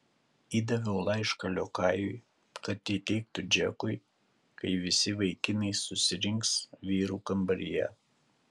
įdaviau laišką liokajui kad įteiktų džekui kai visi vaikinai susirinks vyrų kambaryje